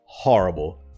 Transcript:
horrible